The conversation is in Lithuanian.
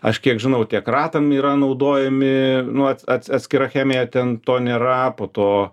aš kiek žinau tiek ratam yra naudojami nu atskira chemija ten to nėra po to